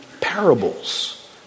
parables